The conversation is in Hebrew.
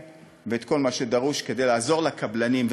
ואת כל מה שדרוש כדי לעזור לקבלנים.